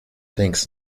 thinks